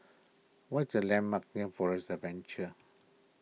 what the landmarks near Forest Adventure